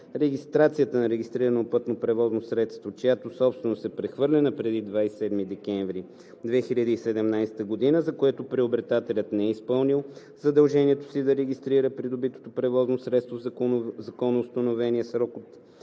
Регистрацията на регистрирано пътно превозно средство, чиято собственост е прехвърлена преди 27 декември 2017 г., за което приобретателят не е изпълнил задължението си да регистрира придобитото превозно средство в законоустановения срок от